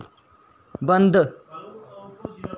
बंद